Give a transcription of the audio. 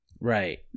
Right